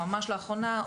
ממש לאחרונה,